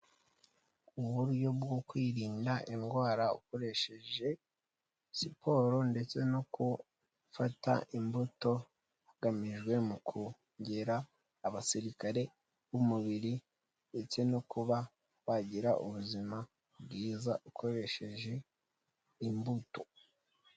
Uburyo bwo kwirinda indwara ukoresheje siporo, ndetse no gufata imbuto hagamijwe mu kongera abasirikare b'umubiri, ndetse no kuba wagira ubuzima bwiza ukoresheje imbuto.